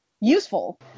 useful